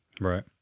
right